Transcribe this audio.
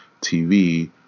tv